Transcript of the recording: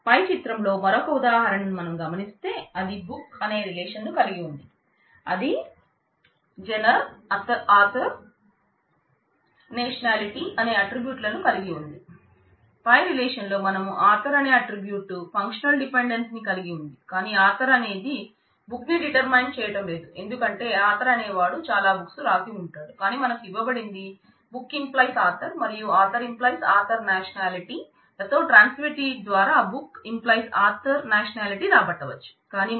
పై చిత్రంలో మరొక ఉదాహారణను మనం గమనిస్తే అది బుక్ అని అంటాం